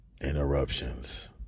interruptions